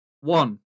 One